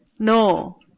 No